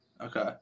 Okay